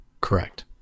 Correct